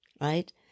right